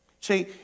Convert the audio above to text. See